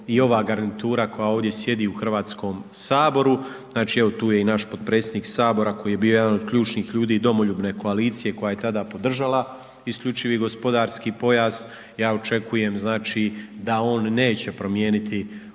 i ova garnitura koja ovdje sjedi u Hrvatskom saboru, znači evo tu je i naš potpredsjednik koji je bio jedan od ključnih ljudi domoljubne koalicije koja je tada podržala isključivi gospodarski pojas, ja očekujem znači da on neće promijeniti ovaj